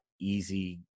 Easy